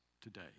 today